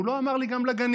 הוא לא אמר לי גם לגנים,